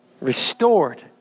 restored